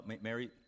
Mary